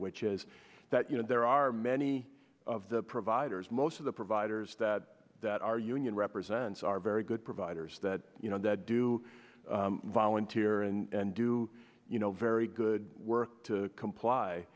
which is that you know there are many of the providers most of the providers that that are union represents are very good providers that you know that do volunteer and do you know very good work to comply